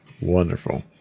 Wonderful